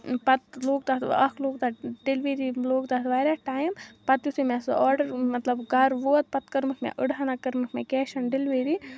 پَتہٕ لوٚگ تتھ اکھ لوٚگ تتھ ڈیلؤری لوٚگ تتھ واریاہ ٹایم پَتہٕ یِتھُے مےٚ سُہ آرڈر مَطلَب گَرٕ ووت پَتہٕ کٔرمَکھ مےٚ أڈہنا کٔرمَکھ مےٚ کیش آن ڈیلؤری